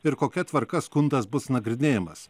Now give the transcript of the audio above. ir kokia tvarka skundas bus nagrinėjamas